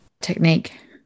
technique